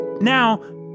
now